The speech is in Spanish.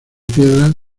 piedra